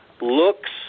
looks